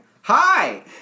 hi